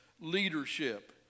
leadership